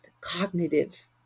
cognitive